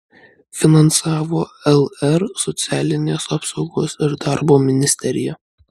finansavo lr socialinės apsaugos ir darbo ministerija